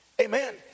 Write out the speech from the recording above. Amen